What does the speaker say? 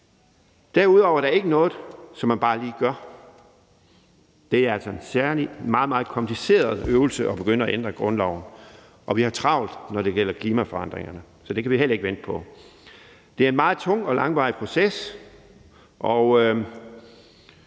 Derudover er det ikke noget, som man bare lige gør. Det er altså en særlig og meget, meget kompliceret øvelse at begynde at ændre grundloven, og vi har travlt, når det gælder klimaforandringerne, så det kan vi heller ikke vente på. Det er en meget tung og langvarig proces,